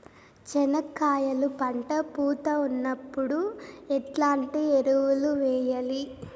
చెనక్కాయలు పంట పూత ఉన్నప్పుడు ఎట్లాంటి ఎరువులు వేయలి?